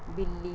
ਬਿੱਲੀ